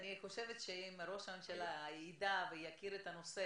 אני חושבת שאם ראש הממשלה ידע ויכיר את הנושא